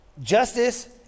justice